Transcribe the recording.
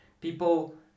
People